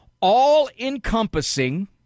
all-encompassing